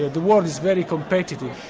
the world is very competitive,